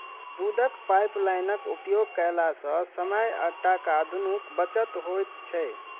दूधक पाइपलाइनक उपयोग कयला सॅ समय आ टाका दुनूक बचत होइत छै